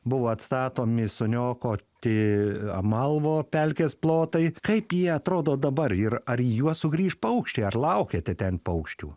buvo atstatomi suniokoti amalvo pelkės plotai kaip jie atrodo dabar ir ar į juos sugrįš paukščiai ar laukiate ten paukščių